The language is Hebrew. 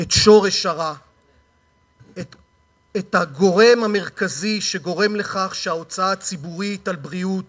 את שורש הרע ואת הגורם המרכזי לכך שההוצאה הציבורית על בריאות